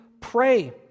pray